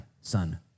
son